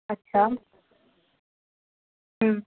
اچھا